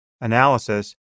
analysis